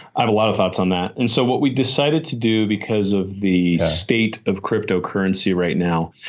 i have a lot of thoughts on that. and so what we decided to do, because of the state of cryptocurrency right now,